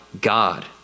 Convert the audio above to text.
God